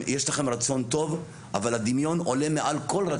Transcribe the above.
יש לכם רצון טוב אבל הדמיון עולה מעל כל רצון של סעיפים.